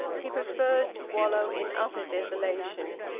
he preferred to wallow in utter desolation,